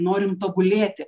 norim tobulėti